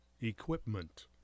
equipment